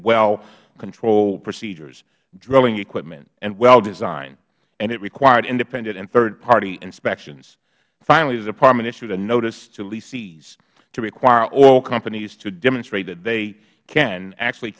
well control procedure drilling equipment and well design and it required independent and thirdparty inspections finally the department issued a notice to lessees to require all companies to demonstrate that they can actually